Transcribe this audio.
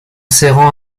serrant